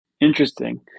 Interesting